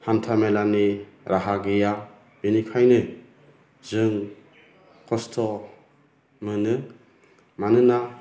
हान्था मेलानि राहा गैया बेनिखायनो जों खस्थ' मोनो मानोना